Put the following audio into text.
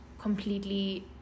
completely